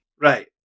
Right